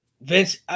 Vince